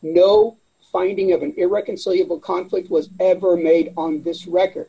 no finding of an irreconcilable conflict was ever made on this record